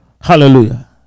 Hallelujah